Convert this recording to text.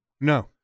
No